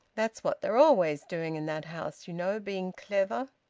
that's what they're always doing in that house, you know, being clever!